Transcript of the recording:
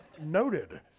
Noted